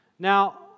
Now